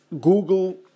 Google